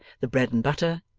the bread and butter,